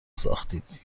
ساختید